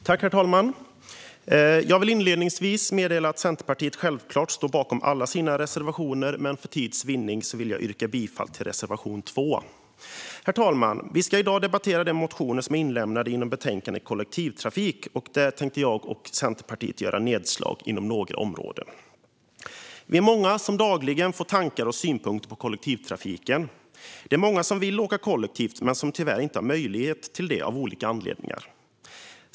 Herr talman! Jag vill inledningsvis meddela att Centerpartiet självklart står bakom alla sina reservationer, men för tids vinnande vill jag yrka bifall endast till reservation 2. Herr talman! Vi ska i dag debattera de motioner som behandlas i betänkandet Kollektivtrafik , och där tänkte jag och Centerpartiet göra nedslag inom några områden. Vi är många som dagligen får tankar om och synpunkter på kollektivtrafiken. Det är många som vill åka kollektivt men som tyvärr inte har möjlighet till detta av olika anledningar.